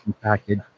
package